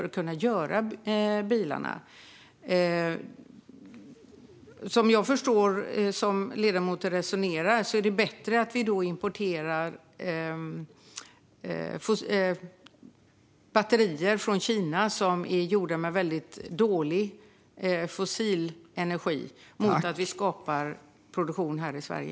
Som jag förstår det av hur ledamoten resonerar är det alltså bättre att vi importerar batterier från Kina som är gjorda med väldigt dålig fossil energi än att vi skapar produktion här i Sverige.